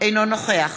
אינו נוכח